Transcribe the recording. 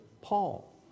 Paul